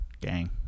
Gang